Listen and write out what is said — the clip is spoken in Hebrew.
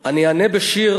אני אענה בשיר